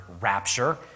rapture